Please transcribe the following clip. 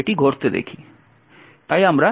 তাই আমরা sh থেকে প্রস্থান করি